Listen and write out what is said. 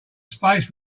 space